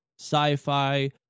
sci-fi